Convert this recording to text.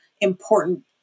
important